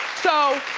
so,